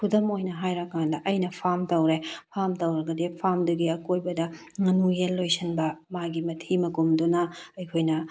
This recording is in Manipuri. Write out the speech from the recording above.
ꯈꯨꯗꯝ ꯑꯣꯏꯅ ꯍꯥꯏꯔꯀꯥꯟꯗ ꯑꯩꯅ ꯐꯥꯔꯝ ꯇꯧꯔꯦ ꯐꯥꯔꯝ ꯇꯧꯔꯒꯗꯤ ꯐꯥꯔꯝꯗꯨꯒꯤ ꯑꯀꯣꯏꯕꯗ ꯉꯥꯅꯨ ꯌꯦꯟ ꯂꯣꯏꯁꯤꯟꯕ ꯃꯥꯒꯤ ꯃꯊꯤ ꯃꯀꯨꯝꯗꯨꯅ ꯑꯩꯈꯣꯏꯅ